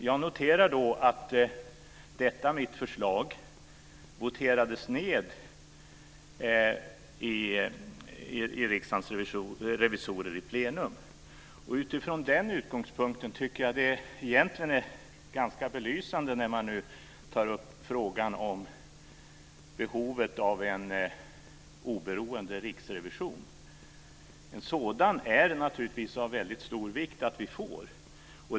Jag noterar att detta mitt förslag voterades ned av Riksdagens revisorer i plenum. Nu tar man upp frågan om behovet av en oberoende riksrevision; det är naturligtvis av väldigt stor vikt att vi får en sådan.